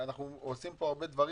אנחנו עושים הרבה דברים,